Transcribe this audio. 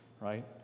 Right